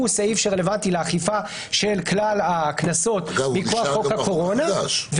הוא הסעיף הרלוונטי לאכיפה של כלל הקנסות מכוח חוק הקורונה,